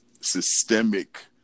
systemic